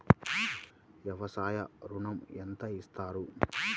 వ్యవసాయ ఋణం ఎంత ఇస్తారు?